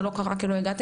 זה לא קרה כי לא הגעתם,